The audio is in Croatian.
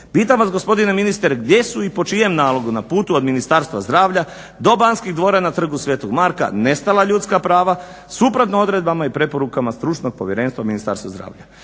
Pitam vas gospodine ministre, gdje su i po čijem nalogu na putu od Ministarstva zdravlja do Banskih dvora na Trgu sv. Marka nestala ljudska prava suprotno odredbama i preporukama Stručnog povjerenstva Ministarstva zdravlja.